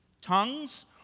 tongues